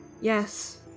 yes